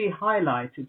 highlighted